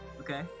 Okay